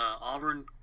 Auburn